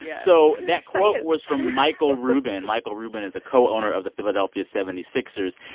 so that quote was from michael rubin. michael rubin is a co-owner of the philadelphia seventy six ers.